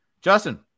Justin